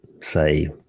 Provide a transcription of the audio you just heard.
Say